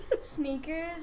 Sneakers